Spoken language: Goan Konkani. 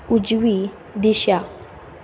उजवी दिशा